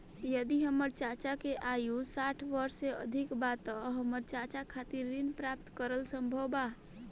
यदि हमर चाचा की आयु साठ वर्ष से अधिक बा त का हमर चाचा खातिर ऋण प्राप्त करल संभव बा